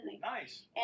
nice